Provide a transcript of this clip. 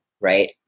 right